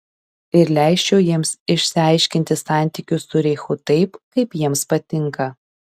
ir leisčiau jiems išsiaiškinti santykius su reichu taip kaip jiems patinka